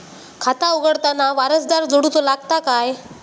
खाता उघडताना वारसदार जोडूचो लागता काय?